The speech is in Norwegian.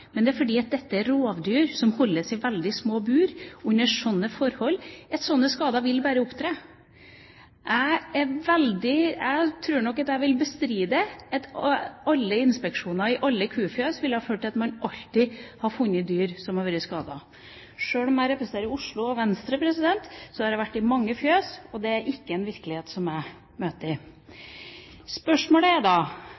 men fordi dette er rovdyr som holdes i veldig små bur under sånne forhold at sånne skader bare vil opptre. Jeg tror nok at jeg vil bestride at inspeksjoner i alle kufjøs ville ha ført til at man alltid hadde funnet dyr som var skadet. Sjøl om jeg representerer Oslo og Venstre, har jeg vært i mange fjøs, og det er ikke en virkelighet som jeg møter. Spørsmålet er da om i